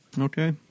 Okay